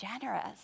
generous